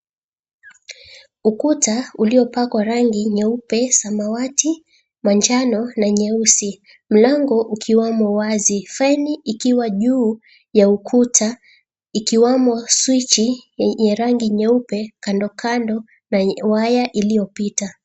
Ukuta uliyopakwa rangi nyeupe, samawati, manjano na nyeusi mlango ukiwamo wazi feni ikiwa juu ya ukuta ikiwemo swichi ya rangi nyeupe kandokando na waya iliyopita.